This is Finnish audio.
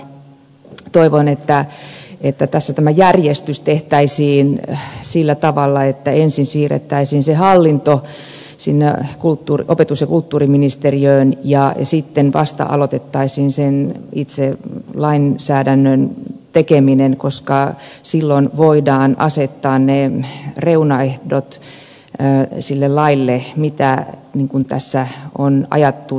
toivon että tässä tämä järjestys tehtäisiin sillä tavalla että ensin siirrettäisiin se hallinto sinne opetus ja kulttuuriministeriöön ja sitten vasta aloitettaisiin sen itse lainsäädännön tekeminen koska silloin voidaan asettaa ne reunaehdot sille laille mikä tässä on ajatuskin